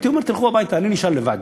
הייתי אומר: תלכו הביתה, אני נשאר לבד.